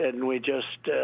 and and we just,